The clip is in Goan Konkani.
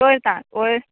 करता अळ